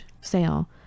sale